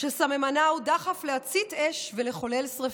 שסממנה הוא דחף להצית אש ולחולל שרפות.